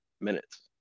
minutes